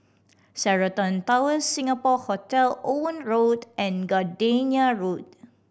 Sheraton Towers Singapore Hotel Owen Road and Gardenia Road